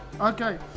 Okay